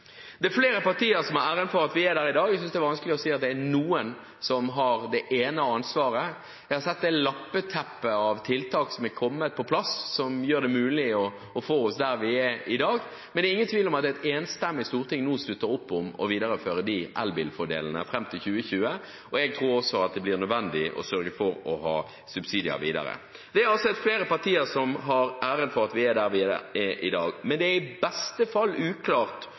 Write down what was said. Det er flere partier som har æren for at vi er der i dag – jeg synes det er vanskelig å si at det er noen som har eneansvaret. Vi har sett et lappeteppe av tiltak som er kommet på plass, som har gjort det mulig å få oss dit hvor vi er i dag, men det er ingen tvil om at et enstemmig storting nå slutter opp om å videreføre elbilfordelene fram til 2020, og jeg tror også det blir nødvendig å sørge for å ha subsidier videre. Det er altså flere partier som har æren for at vi er der vi er i dag, men det er i beste fall uklart